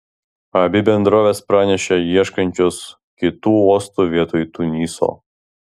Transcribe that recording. abi bendrovės pranešė ieškančios kitų uostų vietoj tuniso